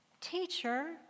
Teacher